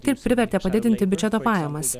taip privertė padidinti biudžeto pajamas